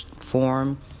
form